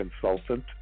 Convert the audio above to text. consultant